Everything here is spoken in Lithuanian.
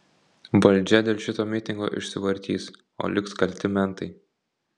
valdžia dėl šito mitingo išsivartys o liks kalti mentai